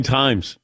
times